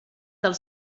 del